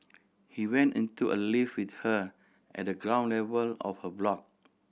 he went into a lift with her at the ground of her block